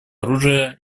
оружия